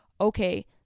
okay